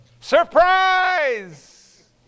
Surprise